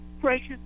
precious